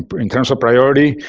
but in terms of priority,